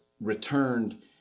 returned